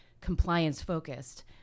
compliance-focused